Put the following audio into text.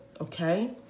okay